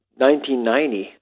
1990